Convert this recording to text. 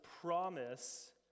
promise